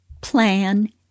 plan